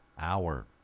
hour